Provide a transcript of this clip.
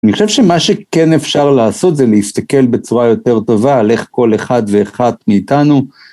אני חושב שמה שכן אפשר לעשות זה להסתכל בצורה יותר טובה על איך כל אחד ואחת מאיתנו